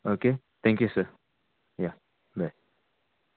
okay thank you sir या बाय